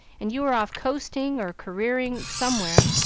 and you are off coasting or careering somewhere.